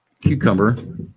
cucumber